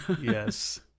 Yes